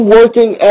working